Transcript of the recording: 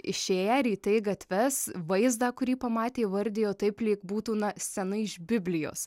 išėję ryte į gatves vaizdą kurį pamatė įvardijo taip lyg būtų na scena iš biblijos